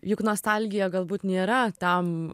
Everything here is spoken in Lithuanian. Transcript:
juk nostalgija galbūt nėra tam